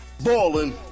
Ballin